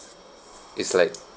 it's like